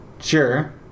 Sure